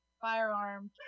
firearm